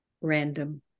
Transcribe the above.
random